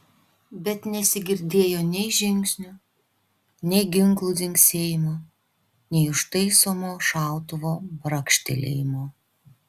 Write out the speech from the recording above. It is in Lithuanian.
bet nesigirdėjo nei žingsnių nei ginklų dzingsėjimo nei užtaisomo šautuvo brakštelėjimo